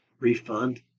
refund